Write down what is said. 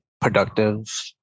productive